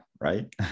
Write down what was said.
right